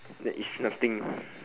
that is nothing